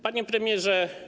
Panie Premierze!